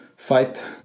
fight